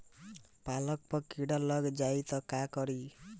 पालक पर कीड़ा लग जाए त का करी?